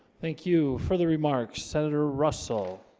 thank you for the remarks senator russell